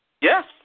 Yes